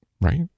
Right